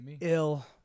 ill